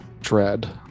dread